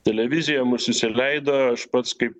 televizija mus įsileido aš pats kaip